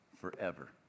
forever